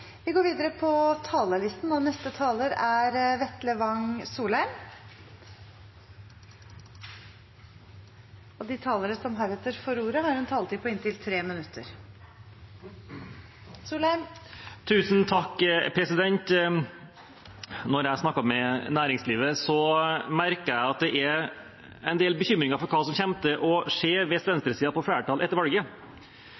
en taletid på inntil 3 minutter. Vetle Wang Soleim [14:05:37]: Når jeg snakker med næringslivet, merker jeg at det er en del bekymringer for hva som kommer til å skje hvis